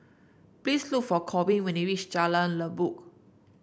please look for Korbin when you reach Jalan Lekub